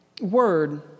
Word